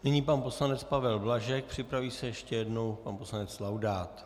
Nyní pan poslanec Pavel Blažek, připraví se ještě jednou pan poslanec Laudát.